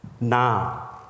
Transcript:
now